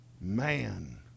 Man